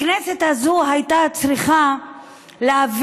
הכנסת הזאת הייתה צריכה להבין,